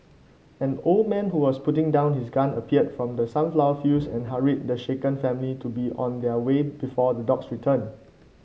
an old man who was putting down his gun appeared from the sunflower fields and hurried the shaken family to be on their way before the dogs return